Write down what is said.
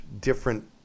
different